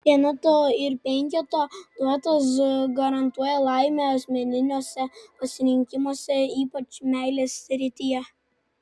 vieneto ir penketo duetas garantuoja laimę asmeniniuose pasirinkimuose ypač meilės srityje